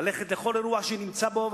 ללכת לכל אירוע שהוא נמצא בו,